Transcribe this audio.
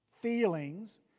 feelings